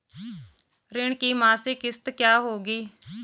ऋण की मासिक किश्त क्या होगी?